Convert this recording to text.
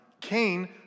Cain